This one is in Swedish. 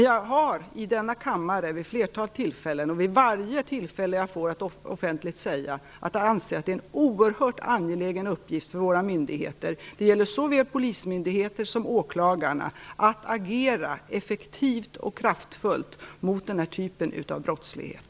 Jag har i denna kammare vid ett flertal tillfällen, och vid varje tillfälle jag får att offentligt säga det, sagt att jag anser att det är en oerhört angelägen uppgift för våra myndigheter, såväl polismyndigheter som åklagare, att agera effektivt och kraftfullt mot den här typen av brottslighet.